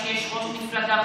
כשיש ראש מפלגה,